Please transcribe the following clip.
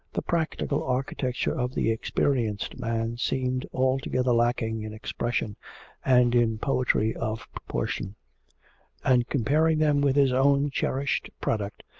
the practical architecture of the experienced man seemed altogether lacking in expression and in poetry of proportion and comparing them with his own cherished project,